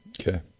Okay